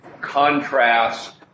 contrast